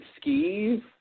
skis